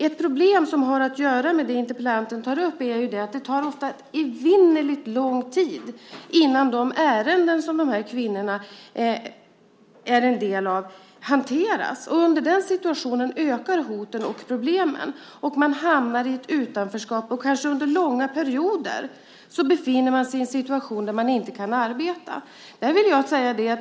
Ett problem som har att göra med det interpellanten tar upp är att det ofta tar evinnerligt lång tid innan de ärenden som dessa kvinnor är en del av hanteras. Under den tiden ökar hoten och problemen. Kvinnorna hamnar då i ett utanförskap och befinner sig kanske under långa perioder i en situation då de inte kan arbeta.